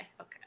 okay